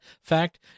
fact